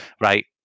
right